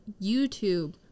YouTube